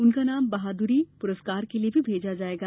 उनका नाम बहादुरी पुरस्कार के लिये भी भेजा जाएगा